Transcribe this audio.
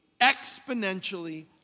exponentially